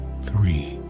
three